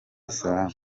salama